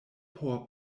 por